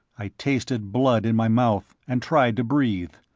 i tasted blood in my mouth, and tried to breathe.